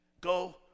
Go